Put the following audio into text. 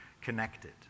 connected